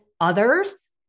others